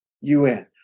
UN